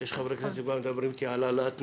יש חברי כנסת שכבר מדברים אתי על העלאת נושאים.